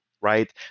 right